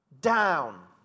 down